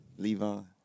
Levon